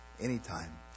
anytime